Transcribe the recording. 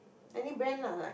any brand lah like